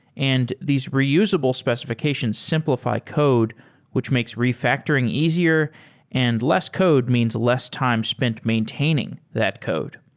and these reusable specifi cations simplify code which makes refactoring easier and less code means less time spent maintaining that code.